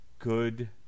good